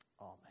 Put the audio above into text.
Amen